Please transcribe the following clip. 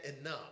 enough